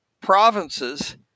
provinces